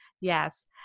Yes